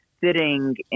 sitting